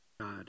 God